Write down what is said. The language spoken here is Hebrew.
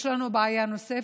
יש לנו בעיה נוספת,